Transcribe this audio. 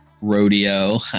rodeo